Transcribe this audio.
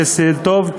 זה הישג טוב,